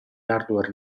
hardware